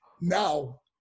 now